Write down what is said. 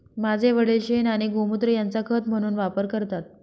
माझे वडील शेण आणि गोमुत्र यांचा खत म्हणून वापर करतात